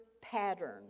pattern